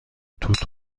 توت